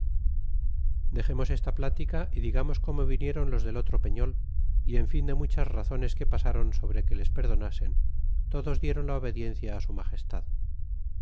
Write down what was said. dexemos esta plática y digamos como vinieron los del otro perol y en fin de muchas razones que pasáron sobre que les perdonasen todos dieron la obediencia su magestad